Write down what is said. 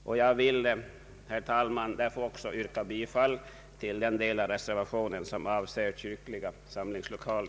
avslogs. Jag vill, herr talman, också yrka bifall till den del av reservationen som avser frågan om investeringsavgift för kyrkor och kyrkliga samlingslokaler.